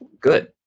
Good